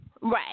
Right